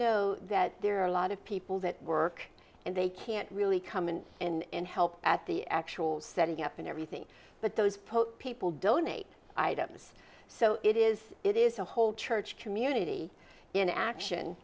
know that there are a lot of people that work and they can't really come in and help at the actual setting up and everything but those people donate items so it is it is a whole church community in action